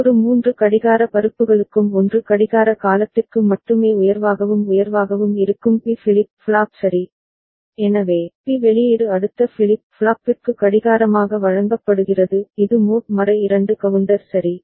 ஒவ்வொரு 3 கடிகார பருப்புகளுக்கும் 1 கடிகார காலத்திற்கு மட்டுமே உயர்வாகவும் இருக்கும் பி ஃபிளிப் ஃப்ளாப் சரி எனவே பி வெளியீடு அடுத்த ஃபிளிப் ஃப்ளாப்பிற்கு கடிகாரமாக வழங்கப்படுகிறது இது மோட் 2 கவுண்டர் சரி